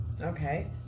Okay